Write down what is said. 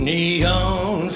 Neon